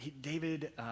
David